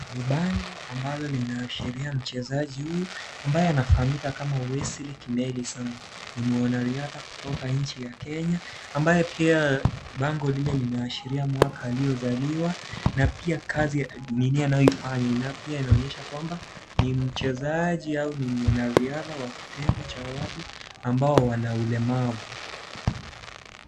Ni bango ambalo linaashiria mchezaji huyu ambaye anafahamika Kama Wesly Kimeli Sang. Ni mwanariadha kutoka nchi ya Kenya, ambaye pia bango lile linaashiria mwaka aliyozaliwa na pia kazi anayoifanya. Pia inaonyesha kwamba ni mchezaji au ni mwanariadha wa kitengo cha watu ambao Wana ulemavu.